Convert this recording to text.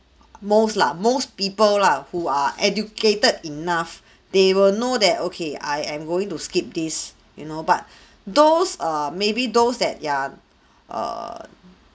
most lah most people lah who are educated enough they will know that okay I am going to skip this you know but those err maybe those that ya err